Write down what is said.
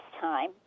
time